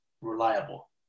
reliable